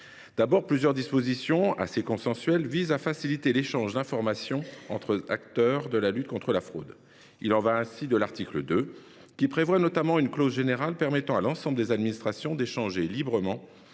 D’abord, plusieurs dispositions assez consensuelles visent à faciliter l’échange d’informations entre acteurs de la lutte contre la fraude. Il en va ainsi de l’article 2, qui prévoit notamment une clause générale permettant à l’ensemble des administrations d’échanger librement